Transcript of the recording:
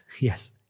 Yes